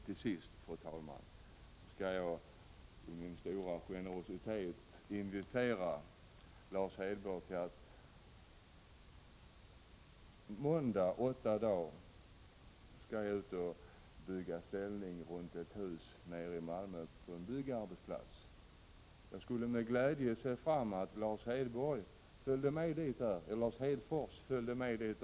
Till sist, fru talman, skall jag i min stora generositet invitera Lars Hedfors om åtta dagar till Malmö, där jag skall bygga en ställning runt ett hus på en byggarbetsplats. Jag skulle med glädje se fram mot att Lars Hedfors följde med dit.